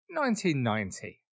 1990